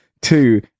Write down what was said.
two